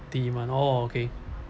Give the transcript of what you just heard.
oh okay